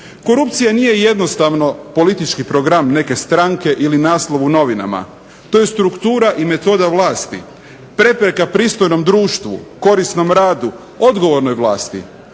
Korupcija nije jednostavno politički program neke stranke ili naslov u novinama. To je struktura i metoda vlasti prepreka pristojnom društvu, korisnom radu, odgovornoj vlasti.